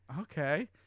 Okay